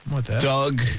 Doug